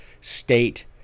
state